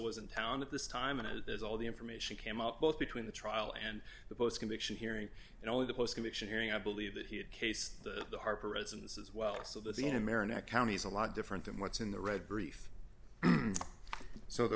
in town at this time and there's all the information came out both between the trial and the post conviction hearing and only the post conviction hearing i believe that he had case the harper residence as well so the scene in marin county is a lot different than what's in the red brief so th